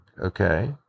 okay